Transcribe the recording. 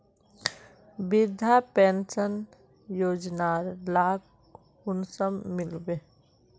वृद्धा पेंशन योजनार लाभ कुंसम मिलबे?